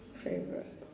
favourite